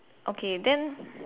okay then